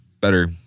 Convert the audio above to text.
better